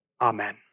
Amen